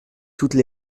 toutes